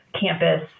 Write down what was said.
campus